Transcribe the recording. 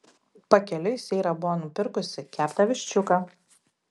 pakeliui seira buvo nupirkusi keptą viščiuką